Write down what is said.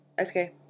Okay